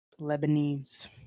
Lebanese